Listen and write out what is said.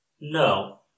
No